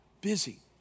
busy